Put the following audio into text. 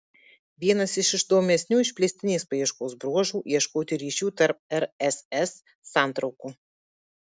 vienas iš įdomesnių išplėstinės paieškos bruožų ieškoti ryšių tarp rss santraukų